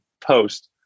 post